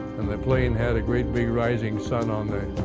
and the plane had a great big rising sun on the